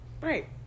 Right